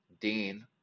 Dean